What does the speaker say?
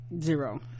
zero